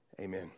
Amen